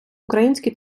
українські